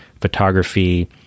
photography